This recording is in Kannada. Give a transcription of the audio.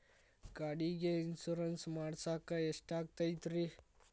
ಗಾಡಿಗೆ ಇನ್ಶೂರೆನ್ಸ್ ಮಾಡಸಾಕ ಎಷ್ಟಾಗತೈತ್ರಿ?